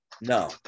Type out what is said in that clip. no